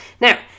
Now